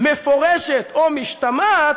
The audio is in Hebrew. מפורשת או משתמעת,